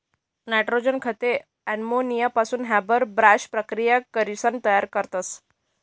nitrogen खते अमोनियापासून Haber Bosch प्रकिया करीसन तयार करतस